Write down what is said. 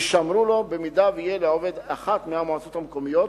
יישמרו לו אם יהיה לעובד אחת מהמועצות המקומיות,